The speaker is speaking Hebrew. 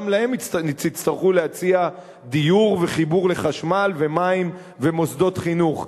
גם להם תצטרכו להציע דיור וחיבור לחשמל ומים ומוסדות חינוך.